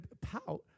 pout